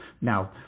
Now